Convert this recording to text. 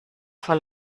vor